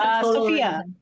Sophia